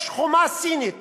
יש חומה סינית